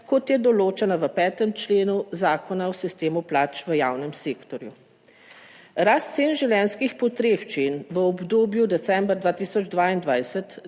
kot je določena v 5. členu Zakona o sistemu plač v javnem sektorju. Rast cen življenjskih potrebščin v obdobju od decembra 2022